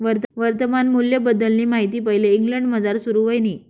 वर्तमान मूल्यबद्दलनी माहिती पैले इंग्लंडमझार सुरू व्हयनी